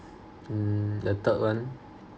mm the third one